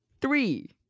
three